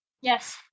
Yes